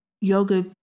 yoga